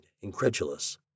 incredulous